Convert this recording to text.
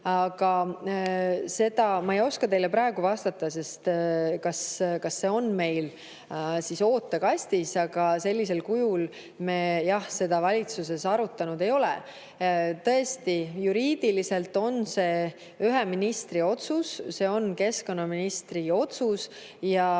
Aga seda ma ei oska teile praegu vastata, kas see teema on meil ootekastis. Sellisel kujul me seda valitsuses jah arutanud ei ole. Tõesti, juriidiliselt on see ühe ministri otsus, see on keskkonnaministri otsus.